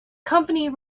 company